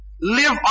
live